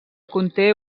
conté